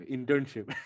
Internship